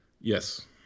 Yes